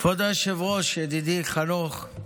כבוד היושב-ראש, ידידי חנוך,